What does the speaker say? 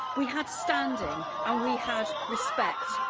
we had standing and we had respect.